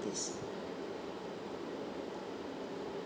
this